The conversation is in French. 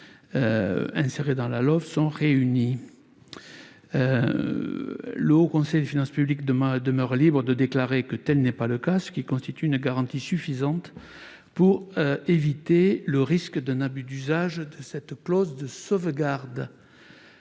insérées dans la LOLF sont réunies. Le Haut Conseil des finances publiques demeure libre de déclarer que tel n'est pas le cas, ce qui constitue une garantie suffisante pour éviter le risque d'un abus d'usage de cette clause de sauvegarde.